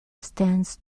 stands